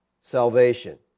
salvation